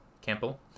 campbell